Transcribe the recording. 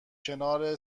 کنار